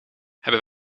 hebben